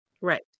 Right